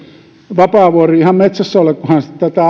vapaavuori ihan metsässä ole kun hän tätä